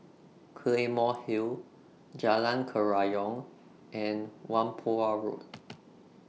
Claymore Hill Jalan Kerayong and Whampoa Road